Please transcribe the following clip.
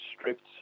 stripped